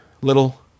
Little